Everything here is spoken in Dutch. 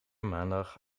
maandag